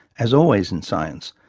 as always in science,